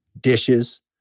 dishes